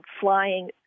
flying